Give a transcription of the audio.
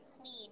clean